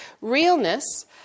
Realness